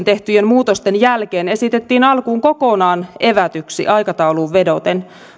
tehtyjen muutosten jälkeen esitettiin alkuun kokonaan evätyksi aikatauluun vedoten